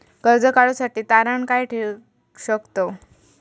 कर्ज काढूसाठी तारण काय काय ठेवू शकतव?